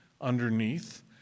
underneath